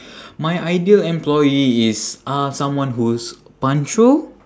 my ideal employee is uh someone who's punctual